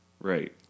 Right